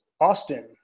Austin